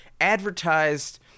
advertised